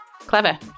Clever